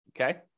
okay